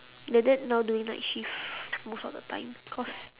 the dad now doing night shift most of the time cause